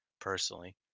personally